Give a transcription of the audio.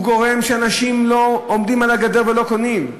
הוא גורם לכך שאנשים יושבים על הגדר ולא קונים,